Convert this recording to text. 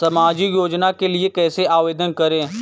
सामाजिक योजना के लिए कैसे आवेदन करें?